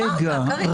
רגע.